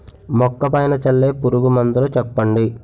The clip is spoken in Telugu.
మొక్క పైన చల్లే పురుగు మందులు చెప్పండి?